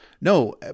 No